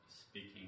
speaking